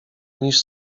niż